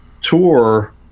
tour